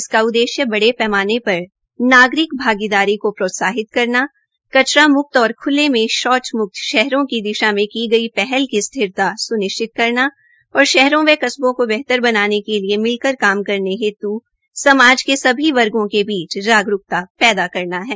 इसका उद्देश्य बड़े पैमाने पर नागरिक भागीदारी को प्रोत्साहित करना है कचरा म्क्त और शौच मुक्त शहरों की दिशा में की गई पहले की स्थिरता खले में स्निश्चित करना और शहरों व फसलो के बेहतर बनाने के लिये मिलकर काम करने हेतु समाज के सभी सभी वर्गो के बीच जारूकता पैदा करना है